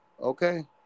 Okay